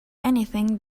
anything